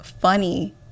funny